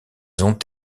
ont